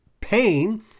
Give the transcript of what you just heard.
pain